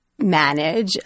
Manage